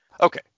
Okay